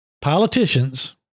politicians